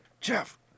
Jeff